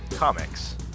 Comics